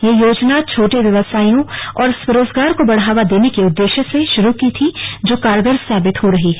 यह योजना छोटे व्यवसासियों और स्वरोजगार को बढ़ावा देने के उद्देश्य से शुरू की गई थी जो कारगर साबित हो रही है